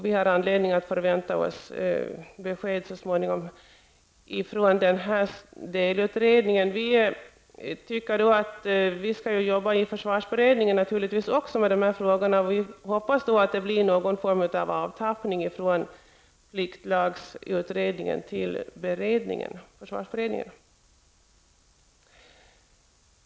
Vi har anledning att så småningom förvänta oss besked från delutredningen. Naturligtvis skall vi arbeta med dessa frågor också i försvarsberedningen, och vi hoppas att det blir någon form av avtappning från pliktlagsutredningen till försvarsberedningen.